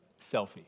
Selfie